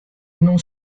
non